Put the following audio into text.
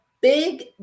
big